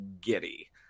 giddy